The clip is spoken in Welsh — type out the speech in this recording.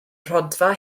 rhodfa